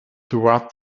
toward